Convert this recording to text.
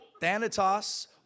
Thanatos